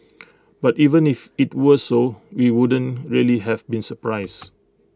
but even if IT was so we wouldn't really have been surprised